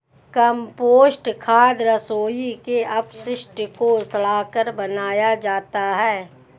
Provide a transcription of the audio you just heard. compost खाद रसोई के अपशिष्ट को सड़ाकर बनाया जाता है